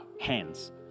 hands